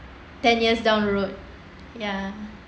ten years down the road ya